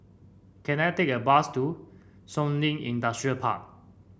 can I take a bus to Shun Li Industrial Park